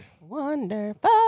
Wonderful